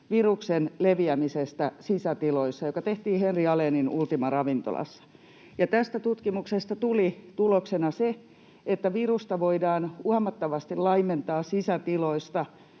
viruksen leviämisestä sisätiloissa ja joka tehtiin Henri Alénin Ultima-ravintolassa? Tästä tutkimuksesta tuli tuloksena se, että virusta voidaan huomattavasti laimentaa sisätiloista